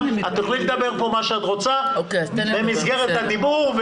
את תוכלי לדבר פה מה שאת רוצה במסגרת הדיבור.